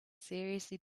seriously